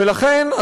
ולכן,